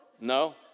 No